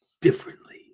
differently